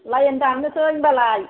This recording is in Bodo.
लाइन दाननोसै होनबालाय